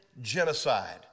Genocide